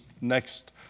next